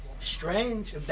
Strange